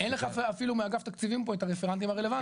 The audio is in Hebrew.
אין לך אפילו מאגף תקציבים פה את הרפרנטים הרלוונטיים.